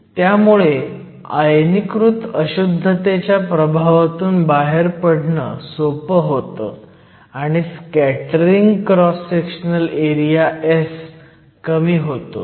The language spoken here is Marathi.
त्यामुळे आयनीकृत अशुद्धतेच्या प्रभावातून बाहेर पडणे सोपं होतं आणि scattering cross sectional area S कमी होतो